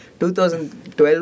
2012